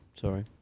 Sorry